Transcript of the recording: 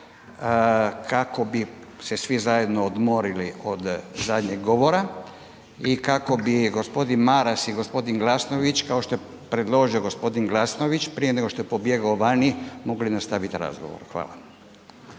kako bi se svi zajedno odmorili od zadnjeg govora i kako bi gospodin Maras i gospodin Glasnović, kao što je predložio gospodin Glasnović prije nego što je pobjegao vani, mogli nastaviti razgovor. Hvala.